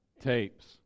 tapes